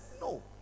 no